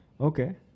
okay